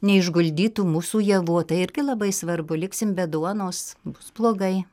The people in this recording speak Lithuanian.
neišguldytų mūsų javų o tai irgi labai svarbu liksim be duonos bus blogai